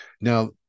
now